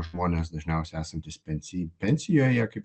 žmonės dažniausiai esantys pensi pensijoje kaip